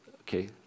Okay